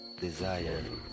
desire